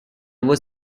was